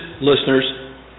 listeners